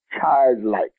childlike